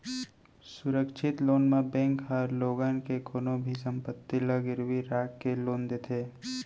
सुरक्छित लोन म बेंक ह लोगन के कोनो भी संपत्ति ल गिरवी राख के लोन देथे